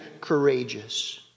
courageous